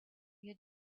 your